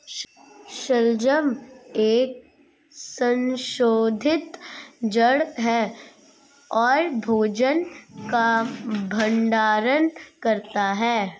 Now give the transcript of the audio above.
शलजम एक संशोधित जड़ है और भोजन का भंडारण करता है